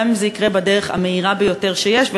גם אם זה יקרה בדרך המהירה ביותר שיש.